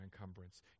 encumbrance